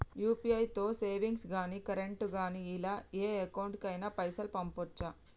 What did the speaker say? UPI తో savings గాని current గాని ఇలా ఏ అకౌంట్ కైనా పైసల్ పంపొచ్చా?